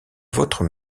votre